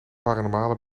paranormale